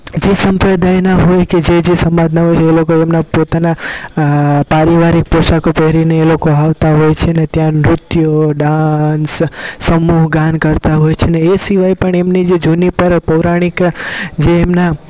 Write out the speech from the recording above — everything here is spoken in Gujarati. જે સંપ્રદાયના હોય કે જે જે સમાજના હોય એ લોકો એમના પોતાના પારિવારિક પોશાકો પહેરીને એ લોકો આવતા હોય છેને ત્યાં નૃત્યો ડાન્સ સમૂહ ગાન કરતાં હોય છે ને એ સિવાય પણ એમની જે જૂની પૌરાણિક જે એમના